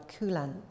coolant